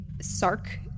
Sark